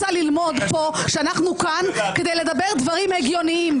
אני רוצה ללמוד פה שאנחנו כאן כדי לדבר דברים הגיוניים,